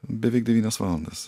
beveik devynias valandas